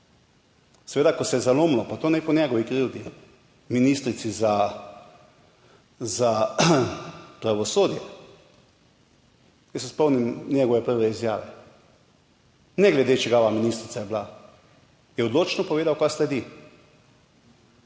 Seveda, ko se je zalomilo, pa to ne po njegovi krivdi, ministrici za pravosodje. Jaz se spomnim njegove prve izjave, ne glede čigava ministrica je bila, je odločno povedal kaj sledi.